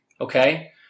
Okay